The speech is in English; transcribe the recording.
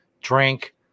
drink